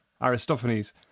Aristophanes